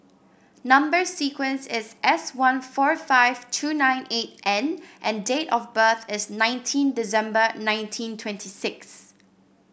number sequence is S one four five two nine eight N and date of birth is nineteen December nineteen twenty six